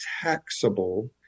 taxable